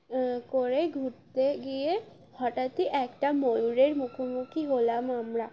করে ঘুরতে গিয়ে হঠাৎই একটা ময়ূরের মুখোমুখি হলাম আমরা